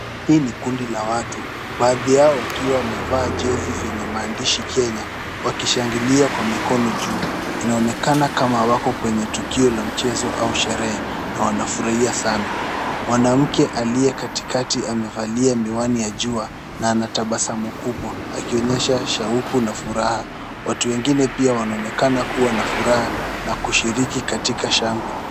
Hii ni kundi la watu baadhi yao wakiwa wamevaa jezi zenye maandishi Kenya wakishangilia kwa mikono juu. Inaonekana kama wako kwenye tukio la mchezo au sherehe na wanafurahia sana. Mwanamke aliye katikati amevalia miwani ya jua na anatabasamu kubwa akionyesha shauku na furaha. Watu wengine pia wanaonekana kuwa na furaha na kushiriki katika shangwe.